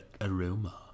aroma